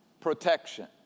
protection